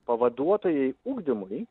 pavaduotojai ugdymui